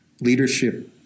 Leadership